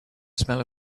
smell